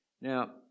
Now